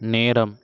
நேரம்